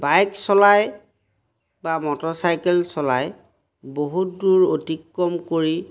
bike চলাই বা motorcycle চলাই বহুত দূৰ অতিক্ৰম কৰি